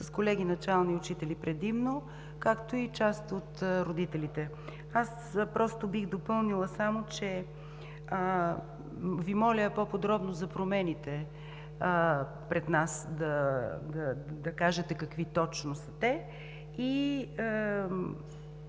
с колеги начални учители предимно, както и с част от родителите. Бих допълнила само, че Ви моля по-подробно за промените, пред нас да кажете какви точно са те.